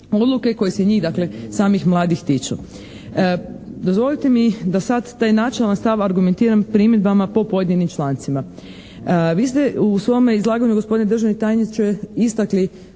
odluke kojih se njih, dakle, samih mladih tiču. Dozvolite mi da sad taj načelan stav argumentiram primjedbama po pojedinim člancima. Vi ste u svome izlaganju, gospodine državni tajniče, istakli